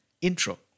intro